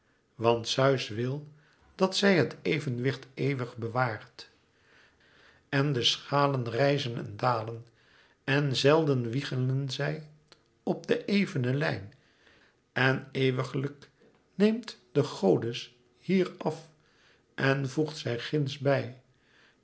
want zeus wil dat zij het evenwicht eeuwig bewaart en de schalen rijzen en dalen en zelden wiegelen zij op de evene lijn en eeuwiglijk neemt de godes hier af en voegt zij ginds bij